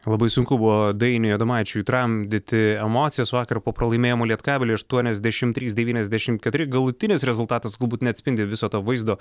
labai sunku buvo dainiui adomaičiui tramdyti emocijas vakar po pralaimėjimo lietkabeliui aštuoniasdešimt trys devyniasdešimt keturi galutinis rezultatas galbūt neatspindi viso to vaizdo